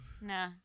Nah